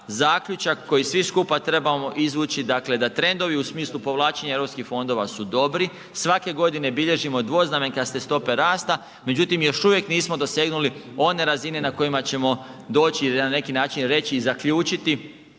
zaključak koji svi skupa trebamo izvući da trendovi u smislu povlačenja europskih fondova su dobri. Svake godine bilježimo dvoznamenkaste stope rasta, međutim još uvijek nismo dosegnuli one razine na kojima ćemo doći i na neki način reći i zaključiti